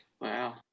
Wow